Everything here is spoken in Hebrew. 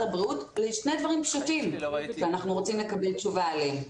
הבריאות לשלושה דברים פשוטים שאנחנו רוצים לקבל תשובה עליהם.